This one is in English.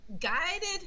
guided